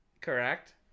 Correct